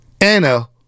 Anna